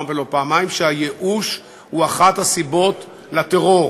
ולא פעמיים: שהייאוש הוא אחת הסיבות לטרור.